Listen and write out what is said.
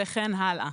וכן הלאה.